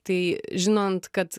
tai žinant kad